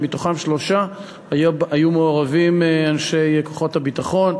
ובשלושה מהם היו מעורבים אנשי כוחות הביטחון.